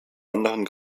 anderen